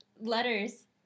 letters